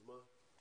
אז מה?